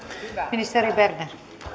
ministeri berner